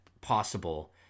possible